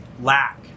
lack